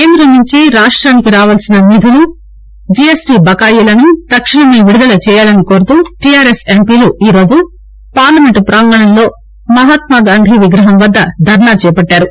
కేందం నుంచి రాష్ట్లానికి రావాల్సిన నిధులు జీఎస్టీ బకాయిలను తక్షణమే విడుదల చేయాలని కోరుతూ టీఆర్ఎస్ ఎంపీలు ఈ రోజు పార్లమెంట్ ప్రాంగణంలో మహాత్మాగాంధీ విగ్రహం వద్ద ధర్నా చేపట్టారు